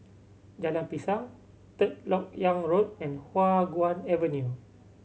Jalan Pisang Third Lok Yang Road and Hua Guan Avenue